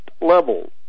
levels